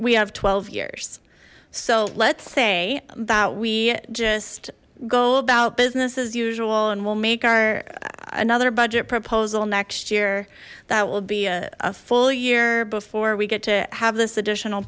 we have twelve years so let's say that we just go about business as usual and we'll make our another budget proposal next year that will be a full year before we get to have this additional